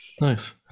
nice